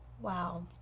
Wow